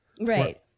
Right